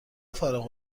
فارغ